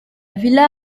villa